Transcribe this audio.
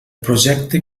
projecte